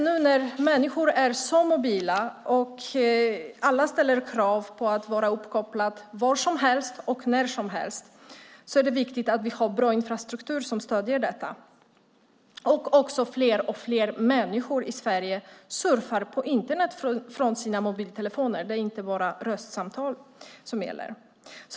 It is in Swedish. Nu när människor är så mobila och ställer krav på att vara uppkopplade var som helst och när som helst är det viktigt att vi har bra infrastruktur som stöder detta. Fler och fler människor surfar också på Internet från sina mobiltelefoner; det är inte bara röstsamtal som gäller.